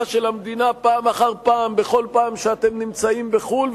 של המדינה פעם אחר פעם בכל פעם שאתם נמצאים בחו"ל,